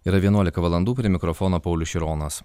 yra vienuolika valandų prie mikrofono paulius šironas